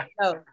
No